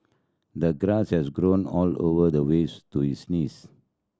the grass has grown all over the ways to his knees